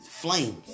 Flames